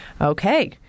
Okay